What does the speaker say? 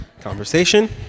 Conversation